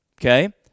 okay